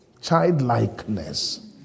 childlikeness